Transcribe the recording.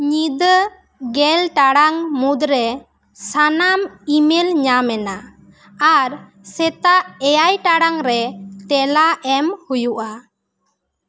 ᱧᱤᱫᱟᱹ ᱜᱮᱞ ᱴᱟᱲᱟᱝ ᱢᱩᱫᱽ ᱨᱮ ᱥᱟᱱᱟᱢ ᱤᱢᱮᱞ ᱧᱟᱢᱮᱱᱟ ᱟᱨ ᱥᱮᱛᱟᱜ ᱮᱭᱟᱭ ᱴᱟᱲᱟᱝ ᱨᱮ ᱛᱮᱞᱟ ᱮᱢ ᱦᱩᱭᱩᱜᱼᱟ